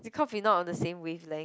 because we not on the same wavelength